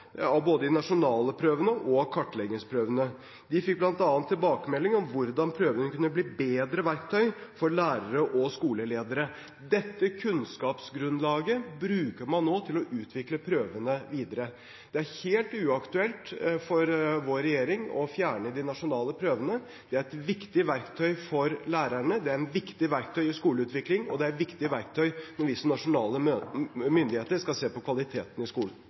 av både de nasjonale prøvene og kartleggingsprøvene. De fikk bl.a. tilbakemelding om hvordan prøvene kunne bli bedre verktøy for lærere og skoleledere. Dette kunnskapsgrunnlaget bruker man nå til å utvikle prøvene videre. Det er helt uaktuelt for vår regjering å fjerne de nasjonale prøvene. Det er et viktig verktøy for lærerne, det er et viktig verktøy i skoleutvikling, og det er et viktig verktøy når vi som nasjonale myndigheter skal se på kvaliteten i skolen.